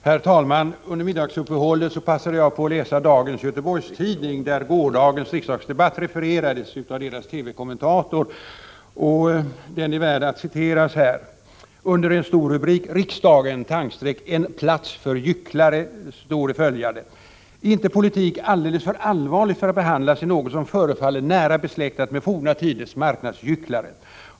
Herr talman! Under middagsuppehållet passade jag på att läsa dagens nummer av Göteborgstidningen, GT, där gårdagens riksdagsdebatt har refererats av tidningens TV-kommentator. Referatet är värt att citeras. Där står följande under en stor rubrik, ”Riksdagen — en plats för gycklare”: ”Är inte politik alldeles för allvarligt för att behandlas i något som förefaller nära besläktat med forna tiders marknadsgyckel.